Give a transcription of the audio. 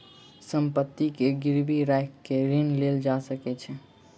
संपत्ति के गिरवी राइख के ऋण लेल जा सकै छै